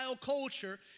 culture